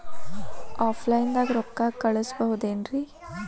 Offline ದಾಗ ರೊಕ್ಕ ಕಳಸಬಹುದೇನ್ರಿ?